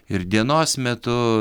ir dienos metu